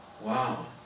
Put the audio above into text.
Wow